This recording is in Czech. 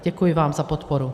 Děkuji vám za podporu.